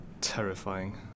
Terrifying